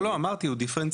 לא לא, אמרתי הוא דיפרנציאלי.